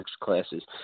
classes